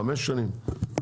חמש שנים,